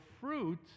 fruit